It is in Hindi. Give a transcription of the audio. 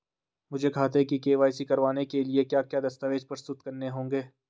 मुझे खाते की के.वाई.सी करवाने के लिए क्या क्या दस्तावेज़ प्रस्तुत करने होंगे?